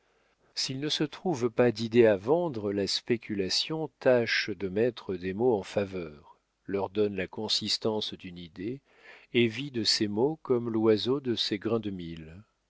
s'il ne se trouve pas d'idées à vendre la spéculation tâche de mettre des mots en faveur leur donne la consistance d'une idée et vit de ses mots comme l'oiseau de ses grains de